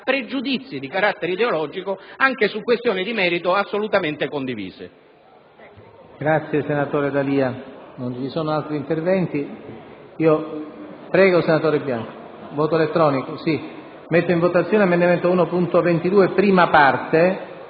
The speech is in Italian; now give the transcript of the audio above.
pregiudizi di carattere ideologico anche su questioni di merito assolutamente condivise.